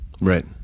Right